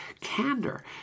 candor